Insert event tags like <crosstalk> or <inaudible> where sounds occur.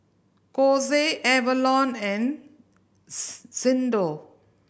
Kose Avalon and <unintelligible> Xndo